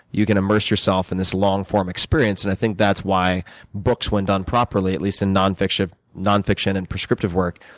you can immerse yourself in this long-form experience, and i think that's why books, when done properly, at least in non-fiction non-fiction and prescriptive work,